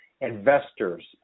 investors